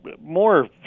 more